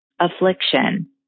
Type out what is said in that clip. Affliction